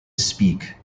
speak